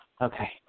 Okay